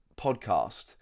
podcast